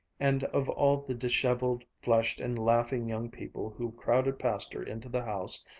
and of all the disheveled, flushed, and laughing young people who crowded past her into the house,